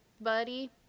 buddy